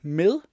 med